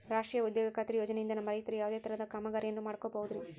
ರಾಷ್ಟ್ರೇಯ ಉದ್ಯೋಗ ಖಾತ್ರಿ ಯೋಜನೆಯಿಂದ ನಮ್ಮ ರೈತರು ಯಾವುದೇ ತರಹದ ಕಾಮಗಾರಿಯನ್ನು ಮಾಡ್ಕೋಬಹುದ್ರಿ?